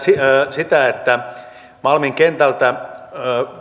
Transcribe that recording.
sitä että malmin kentältä